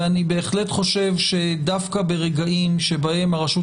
אני בהחלט חושב שדווקא ברגעים שבהם הרשות